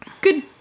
good